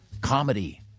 comedy